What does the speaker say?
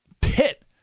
pit